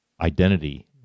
identity